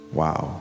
wow